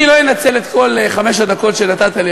אני לא אנצל את כל חמש הדקות שנתת לי,